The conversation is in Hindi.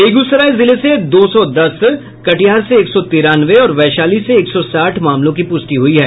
बेगूसराय जिले से दो सौ दस कटिहार से एक सौ तिरानवे और वैशाली से एक सौ साठ मामलों की पुष्टि हुई है